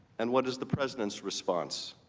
and what is the president's response,